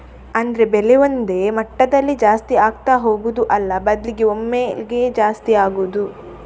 ಅಂದ್ರೆ ಬೆಲೆ ಒಂದೇ ಮಟ್ಟದಲ್ಲಿ ಜಾಸ್ತಿ ಆಗ್ತಾ ಹೋಗುದು ಅಲ್ಲ ಬದ್ಲಿಗೆ ಒಮ್ಮೆಗೇ ಜಾಸ್ತಿ ಆಗುದು